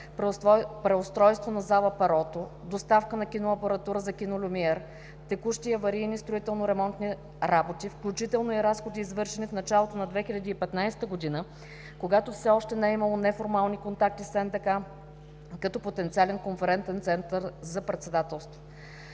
преустройство на зала „Перото“, доставка на киноапаратура за кино „Люмиер“, текущи и аварийни строително ремонтни работи, включително и разходи, извършени в началото на 2015 г., когато все още не е имало неформални контакти с НДК като потенциален конферентен център за председателството.